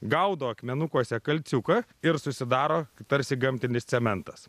gaudo akmenukuose kalciuką ir susidaro tarsi gamtinis cementas